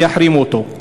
ויחרימו אותו.